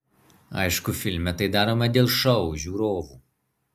aišku filme tai darome dėl šou žiūrovų